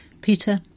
Peter